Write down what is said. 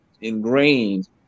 ingrained